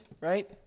right